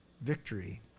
victory